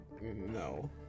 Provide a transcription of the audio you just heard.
no